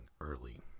early